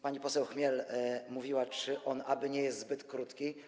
Pani poseł Chmiel pytała, czy on aby nie jest zbyt krótki.